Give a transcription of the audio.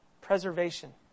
Preservation